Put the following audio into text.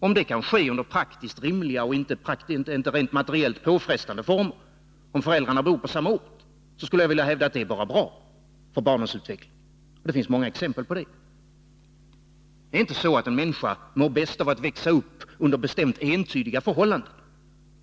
Om det kan ske under praktiskt rimliga och rent materiellt inte påfrestande former och om föräldrarna bor på samma ort, skulle jag vilja hävda att det är bara bra för barnens utveckling. Det finns många exempel på det. Det är inte så att en människa mår bäst av att växa upp under entydigt bestämda förhållanden.